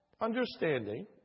understanding